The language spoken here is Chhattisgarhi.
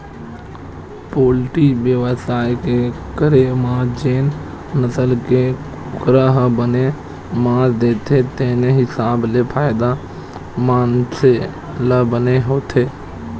पोल्टी बेवसाय के करे म जेन नसल के कुकरा ह बने मांस देथे तेने हिसाब ले फायदा मनसे ल बने होथे